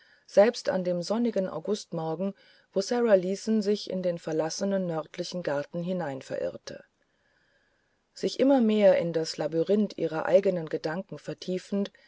selbst an dem sonnigen augustmorgen wo sara leeson sichindenverlassenennördlichengartenhineinverirrte sich immer mehr in das labyrinth ihrer eigenen gedanken vertiefend